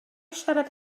siarad